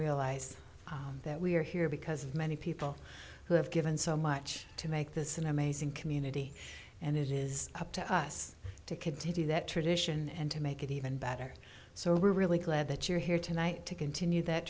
realize that we are here because of many people who have given so much to make this an amazing community and it is up to us to kid to do that tradition and to make it even better so we're really glad that you're here tonight to continue that